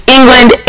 England